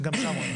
גם שם.